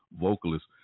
vocalist